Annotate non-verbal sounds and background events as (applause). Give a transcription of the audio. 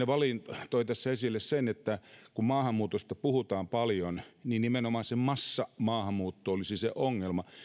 (unintelligible) vallin toi tässä esille sen että kun maahanmuutosta puhutaan paljon niin nimenomaan se massamaahanmuutto olisi se ongelma